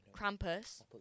Krampus